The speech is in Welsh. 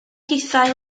hithau